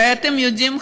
ואתם יודעים,